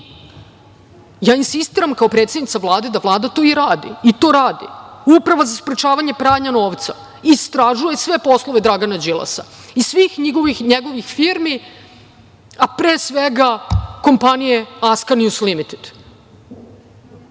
ja insistiram kao predsednica Vlade da Vlada to i radi, i to rade, Uprava za sprečavanje pranja novca, istražuje sve poslove Dragana Đilasa i svih njegovih firmi, a pre svega kompanije "Ascanius Limited".To